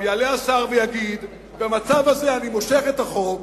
יעלה השר ויגיד: במצב הזה אני מושך את החוק